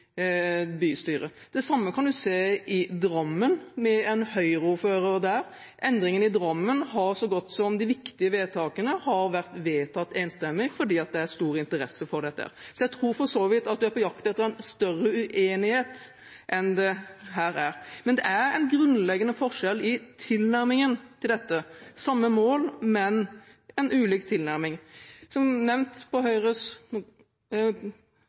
Drammen med høyreordføreren der. Endringene i Drammen – de viktige vedtakene – har vært vedtatt så godt som enstemmig fordi det er stor interesse for dette. Jeg tror for så vidt at representanten er på jakt etter en større uenighet enn det her er. Men det er en grunnleggende forskjell i tilnærmingen til dette – samme mål, men ulik tilnærming. Da vi diskuterte bymiljøpolitikk på Høyres